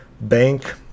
bank